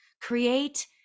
create